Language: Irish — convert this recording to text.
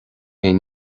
aon